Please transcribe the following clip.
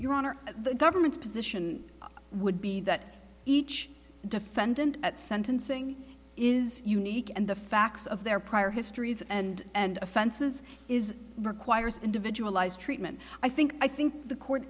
your honor the government's position would be that each defendant at sentencing is unique and the facts of their prior histories and offenses is requires individualized treatment i think i think the court